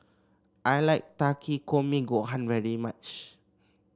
I like Takikomi Gohan very much